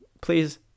please